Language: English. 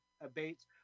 abates